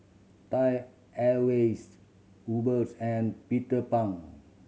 Thai Airways Uber and Peter Pan